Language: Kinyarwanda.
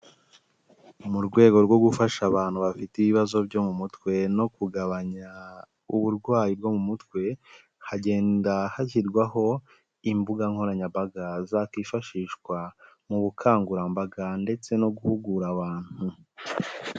Mu rwego rwo gufasha abantu bafite ibibazo byo mu mutwe, no kugabanya uburwayi bwo mu mutwe, hagenda hashyirwaho imbuga nkoranyambaga zakwifashishwa mu bukangurambaga ndetse no guhugura abantu.